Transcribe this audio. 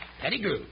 Pettigrew